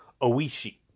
Oishi